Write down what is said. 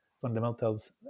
fundamentals